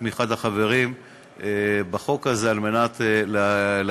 את תמיכת החברים בחוק הזה על מנת באמת